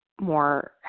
more